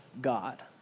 God